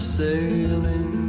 sailing